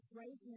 right